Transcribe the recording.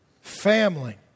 Family